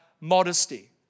modesty